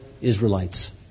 Israelites